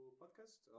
podcast